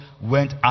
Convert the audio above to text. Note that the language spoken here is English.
went